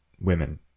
women